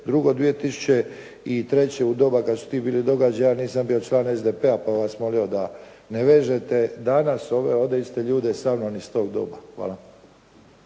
Drugo, 2003. u doba kada su to bili događaji ja nisam bio član SDP-a pa bih vas molio da ne vežete danas ove iste ljude sa mnom iz tog doba. Hvala.